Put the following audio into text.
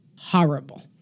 horrible